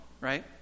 right